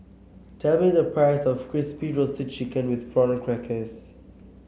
tell me the price of Crispy Roasted Chicken with Prawn Crackers